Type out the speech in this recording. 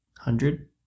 hundred